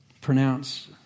pronounce